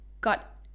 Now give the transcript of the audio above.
got